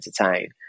entertain